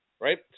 right